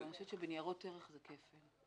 אני חושבת שבניירות ערך יש כפל.